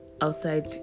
outside